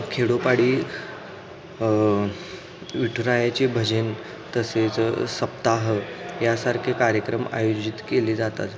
खेडोपाडी विठुरायाचे भजन तसेच सप्ताह यासारखे कार्यक्रम आयोजित केले जातात